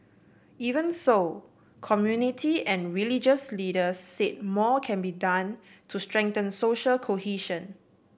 even so community and religious leaders said more can be done to strengthen social cohesion